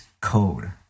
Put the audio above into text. code